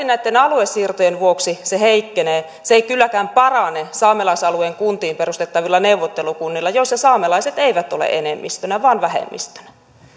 näitten aluesiirtojen vuoksi se heikkenee se ei kylläkään parane saamelaisalueen kuntiin perustettavilla neuvottelukunnilla joissa saamelaiset eivät ole enemmistönä vaan vähemmistönä